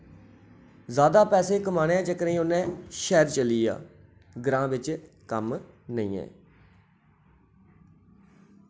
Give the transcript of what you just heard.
ज्यादा पैसे कमाने दे चक्करें उ'नै शैह्र चली आ ग्रां बिच कम्म नेईं ऐ